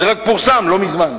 זה פורסם לא מזמן.